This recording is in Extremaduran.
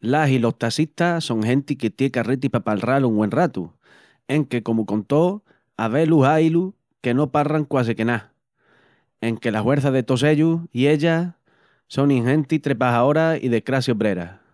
Las i los tassistas son genti que tié carreti pa palral un güen ratu, enque comu con tó, avé-lus aí-lus que no palran quasique ná, enque la huerça de tos ellus i ellas sonin genti trebajaora i de crassi obrera.